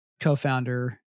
co-founder